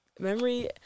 Memory